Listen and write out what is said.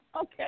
Okay